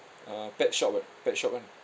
uh pet shop ah pet shop kan